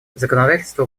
законодательство